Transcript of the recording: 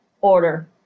order